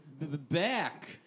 back